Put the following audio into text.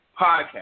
podcast